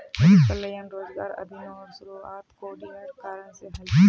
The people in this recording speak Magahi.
गरीब कल्याण रोजगार अभियानेर शुरुआत कोविडेर कारण से हल छिले